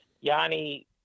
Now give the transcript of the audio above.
Yanni